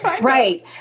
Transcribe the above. Right